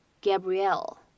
Gabrielle